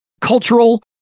cultural